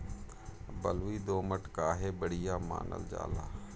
बलुई दोमट काहे बढ़िया मानल जाला?